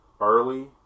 early